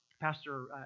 Pastor